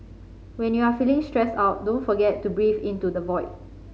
when you are feeling stressed out don't forget to breathe into the void